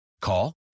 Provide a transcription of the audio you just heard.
Call